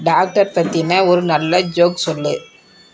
doctor பற்றின ஒரு நல்ல ஜோக் சொல்